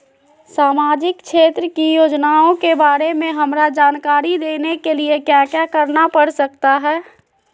सामाजिक क्षेत्र की योजनाओं के बारे में हमरा जानकारी देने के लिए क्या क्या करना पड़ सकता है?